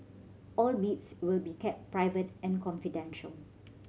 all bids will be kept private and confidential